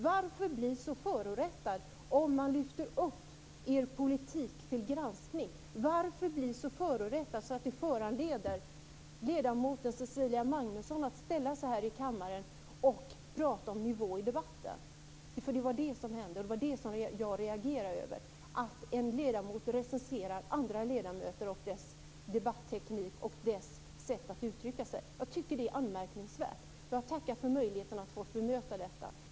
Varför blir ni så förorättade när man lyfter fram er politik för granskning? Varför blir ni så förorättade att det föranleder ledamoten Cecilia Magnusson att prata om nivån på debatten här i kammaren? Det var det som hände. Det jag reagerade över var att en ledamot recenserar andra ledamöter och deras debatteknik och sätt att uttrycka sig. Jag tycker att det är anmärkningsvärt. Jag tackar för möjligheten att få bemöta detta.